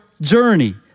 journey